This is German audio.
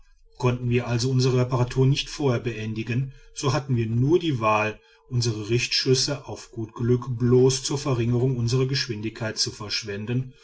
konnten wir also unsere reparatur nicht vorher beendigen so hatten wir nur die wahl unsere richtschüsse auf gut glück bloß zur verringerung unsrer geschwindigkeit zu verschwenden